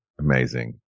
amazing